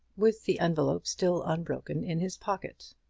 with the envelope still unbroken in his pocket.